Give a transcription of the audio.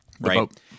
right